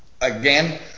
again